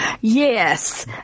Yes